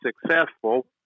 successful